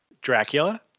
Dracula